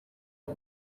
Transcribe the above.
ari